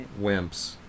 wimps